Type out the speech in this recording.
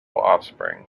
offspring